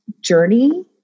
journey